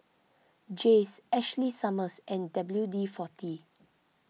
Jays Ashley Summers and W D forty